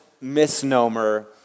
misnomer